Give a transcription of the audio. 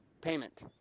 payment